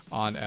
on